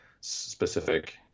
specific